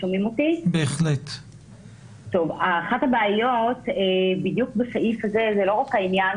אחת הבעיות בסעיף הזה זה לא רק העניין